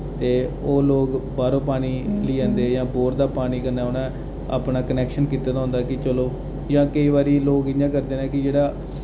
ते ओह् लोक बाह्रो पानी ली औंदे जां बोह्र दा पानी कन्नै उ'नै अपना कनैक्शन कीते दा होंदा कि चलो जा केईं बारी लोक इ'यां करदे न कि जेह्ड़ा